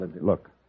look